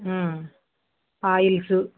oils